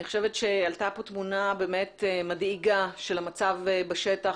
אני חושבת שעלתה פה תמונה באמת מדאיגה של המצב בשטח,